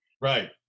Right